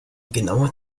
genaue